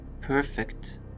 perfect